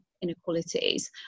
inequalities